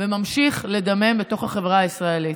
וממשיך לדמם בתוך החברה הישראלית.